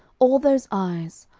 all those eyes,